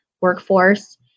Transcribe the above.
workforce